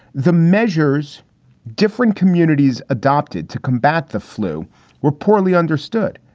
the measures different communities adopted to combat the flu were poorly understood.